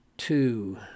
Two